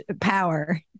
power